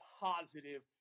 positive